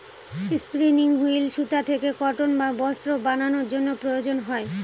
spinning wheel সুতা থেকে cotton বা বস্ত্র বানানোর জন্য প্রয়োজন হয়